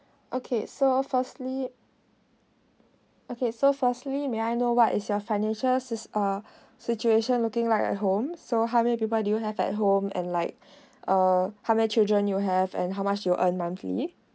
okay so firstly okay so firstly may I know what is your financial si~ uh situation looking like at home so how many people do you have at home and like uh how many children you have and how much you earn monthly